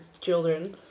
children